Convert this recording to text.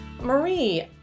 Marie